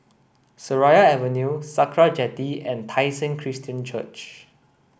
Seraya Avenue Sakra Jetty and Tai Seng Christian Church